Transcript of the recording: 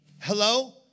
hello